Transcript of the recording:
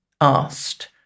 asked